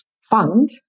fund